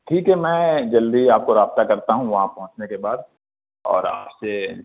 ٹھیک ہے میں جلدی آپ کو رابطہ کرتا ہوں وہاں پہنچنے کے بعد اور آپ سے